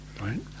Right